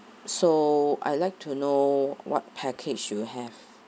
so I'd like to know what package you have